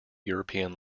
european